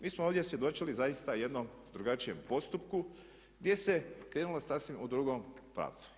Mi smo ovdje svjedočili zaista jednom drugačijem postupku gdje se krenulo sasvim u drugom pravcu.